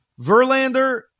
Verlander